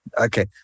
Okay